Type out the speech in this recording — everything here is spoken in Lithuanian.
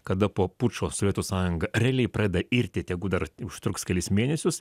kada po pučo sovietų sąjunga realiai pradeda irti tegu dar užtruks kelis mėnesius